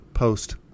Post